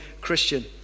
Christian